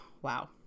Wow